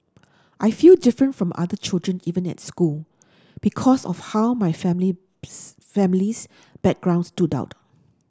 I feel different from other children even at school because of how my family's families background stood out